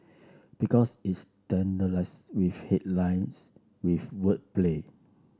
because it's saturats with headlines with wordplay